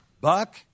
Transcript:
Buck